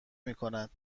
میکند